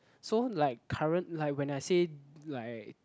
so like current like when I say like